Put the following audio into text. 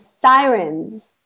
sirens